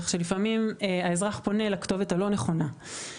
כך שלפעמים האזרח פונה לכתובת הלא נכונה.